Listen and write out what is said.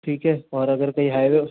ठीक है और अगर कहीं हाईवे